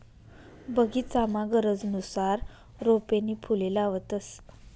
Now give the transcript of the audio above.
बगीचामा गरजनुसार रोपे नी फुले लावतंस